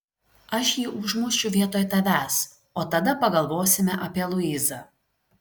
aš jį užmušiu vietoj tavęs o tada pagalvosime apie luizą